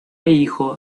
hijo